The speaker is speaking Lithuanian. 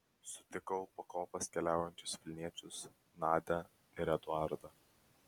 sutikau po kopas keliaujančius vilniečius nadią ir eduardą